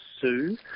Sue